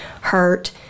hurt